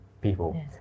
people